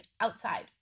outside